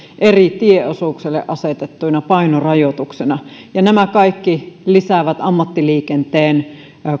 eri tieosuuksille asetettuina painorajoituksina nämä kaikki lisäävät ammattiliikenteen